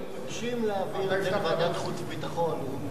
אנחנו מבקשים להעביר את זה לוועדת החוץ והביטחון להמשך דיון.